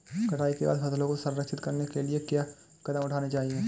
कटाई के बाद फसलों को संरक्षित करने के लिए क्या कदम उठाने चाहिए?